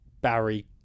Barry